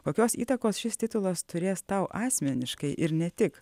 kokios įtakos šis titulas turės tau asmeniškai ir ne tik